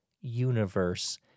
universe